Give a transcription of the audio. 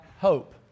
hope